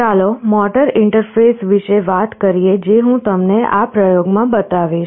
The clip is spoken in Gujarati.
ચાલો મોટર ઇન્ટરફેસ વિશે વાત કરીએ જે હું તમને આ પ્રયોગમાં બતાવીશ